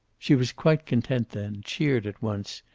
she was quite content then, cheered at once,